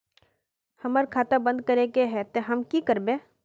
हमर खाता बंद करे के है ते हम की करबे?